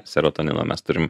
serotonino mes turim